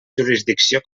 jurisdicció